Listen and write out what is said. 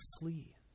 flee